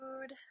food